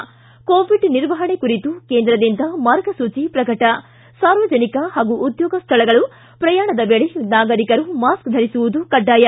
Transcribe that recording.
ಿ ಕೋವಿಡ್ ನಿರ್ವಹಣೆ ಕುರಿತು ಕೇಂದ್ರದಿಂದ ಮಾರ್ಗಸೂಚಿ ಪ್ರಕಟ ಸಾರ್ವಜನಿಕ ಹಾಗೂ ಉದ್ಯೋಗ ಸ್ಥಳಗಳು ಪ್ರಯಾಣದ ವೇಳೆ ನಾಗರಿಕರು ಮಾಸ್ಕ್ ಧರಿಸುವುದು ಕಡ್ಡಾಯ